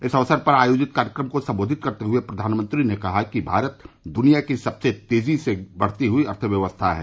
इस अवसर पर आयोजित कार्यक्रम को सम्बोधित करते हुए प्रधानमंत्री ने कहा कि भारत द्निया की सबसे तेज गति से बढ़ती हुई अर्थव्यवस्था है